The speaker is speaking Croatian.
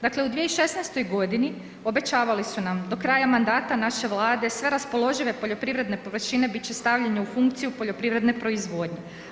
Dakle u 2016. g. obećavali smo nam do kraja mandata naše Vlade sve raspoložive poljoprivredne površine bit će stavljane u funkciju poljoprivredne proizvodnje.